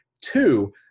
Two